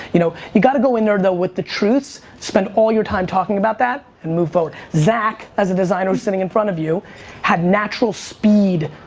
you know you got to go in there and with the truths spend all your time talking about that and move forward. zak, as a designer sitting in front of you had natural speed,